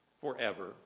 forever